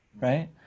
right